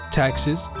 taxes